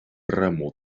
ramo